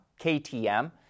KTM